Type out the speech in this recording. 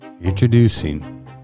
Introducing